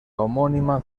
homónima